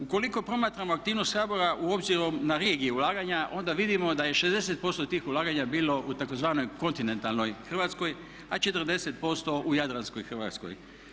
Ukoliko promatramo aktivnost HBOR-a obzirom na regije ulaganja onda vidimo da je 60% tih ulaganja bilo u tzv. kontinentalnoj Hrvatskoj, a 40% u jadranskoj Hrvatskoj.